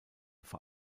vor